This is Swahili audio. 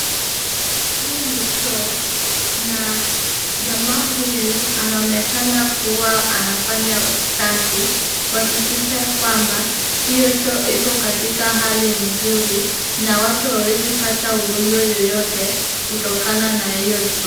Hii ni choo na jamaa huyu anaonekana kuwa anafanya usafi kuhakikisha kwamba hiyo choo iko katika hali nzuri na watu hawawezi pata ugonjwa yeyote kutokana na hiyo choo.